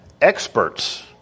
Experts